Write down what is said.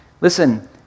Listen